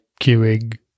queuing